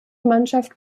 mannschaft